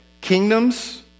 Kingdoms